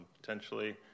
potentially